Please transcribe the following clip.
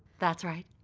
that's right.